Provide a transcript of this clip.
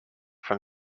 from